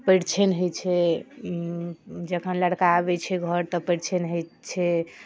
परिछनि होइ छै जखन लड़का आबै छै घर तऽ परिछनि होइ छै